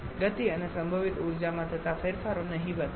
ગતિ અને સંભવિત ઊર્જામાં થતા ફેરફારો નહિવત છે